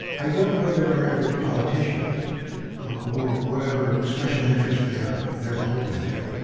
i don't know that our average politician is or whatever special interests they're they're beholden to.